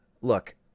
look